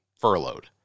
furloughed